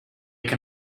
can